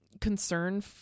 concern